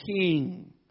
King